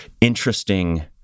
interesting